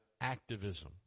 activism